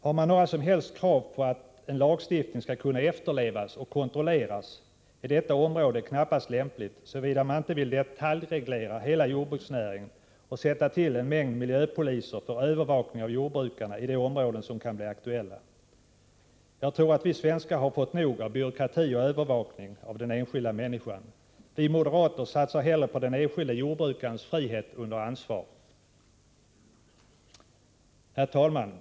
Har man några som helst krav på att en lagstiftning skall kunna efterlevas och kontrolleras, är detta område knappast lämpligt för sådana här åtgärder, såvida man inte vill detaljreglera hela jordbruksnäringen och anställa en mängd ”miljöpoliser” för övervakning av jordbrukarna i de områden som kan bli aktuella. Jag tror att vi svenskar har fått nog av byråkrati och övervakning av den enskilda människan. Vi moderater satsar hellre på den enskilde jordbrukarens frihet under ansvar. Herr talman!